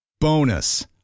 Bonus